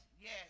yes